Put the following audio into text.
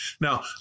Now